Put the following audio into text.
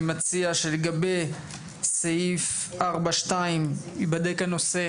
אני מציע שלגבי סעיף 4.2 ייבדק הנושא